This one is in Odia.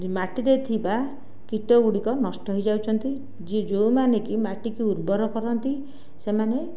ମାଟିରେ ଥିବା କୀଟ ଗୁଡ଼ିକ ନଷ୍ଟ ହେଇଯାଉଛନ୍ତି ଯିଏ ଯେଉଁମାନେ କି ମାଟିକୁ ଉର୍ବର କରନ୍ତି ସେମାନେ